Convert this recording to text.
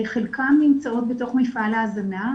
חלקן נמצאות בתוך מפעל ההזנה,